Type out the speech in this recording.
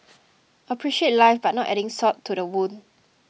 appreciate life but not adding salt to the wound